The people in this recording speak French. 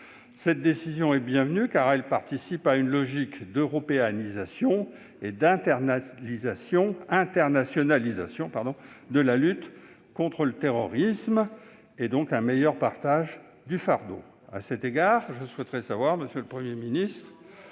Cette décision est bienvenue : elle participe d'une logique d'européanisation et d'internationalisation de la lutte contre le terrorisme, en somme de meilleur partage du fardeau. À cet égard, je souhaite savoir comment la transformation